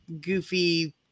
goofy